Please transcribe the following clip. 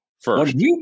first